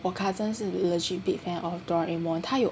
我 cousin 是 legit big fan of Doraemon 他有